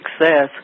success